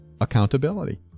accountability